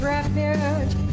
Refuge